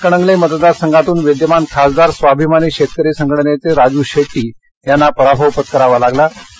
हातकणंगले मतदारसंघातून विद्यमान खासदार स्वाभिमानी शेतकरी संगटनेचे राजू शेट्टी यांना पराभव पत्करावा लागला आहे